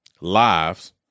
lives